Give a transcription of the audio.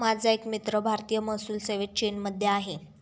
माझा एक मित्र भारतीय महसूल सेवेत चीनमध्ये आहे